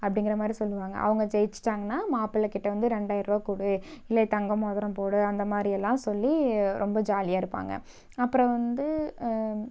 அப்படிங்கிற மாதிரி சொல்லுவாங்க அவங்க ஜெயிச்சிட்டாங்கனா மாப்பிள்ளைக்கிட்ட வந்து ரெண்டாயரூவா கொடு இல்லை தங்க மோதிரம் போடு அந்த மாதிரியெல்லாம் சொல்லி ரொம்ப ஜாலியாக இருப்பாங்க அப்புறம் வந்து